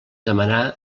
demanar